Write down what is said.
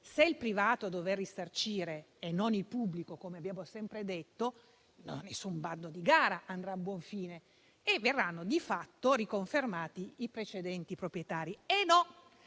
è il privato a dover risarcire e non il pubblico - come abbiamo sempre detto - nessun bando di gara andrà a buon fine e verranno di fatto riconfermati i precedenti proprietari.